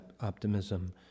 optimism